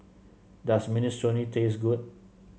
does Minestrone taste good